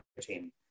team